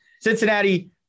Cincinnati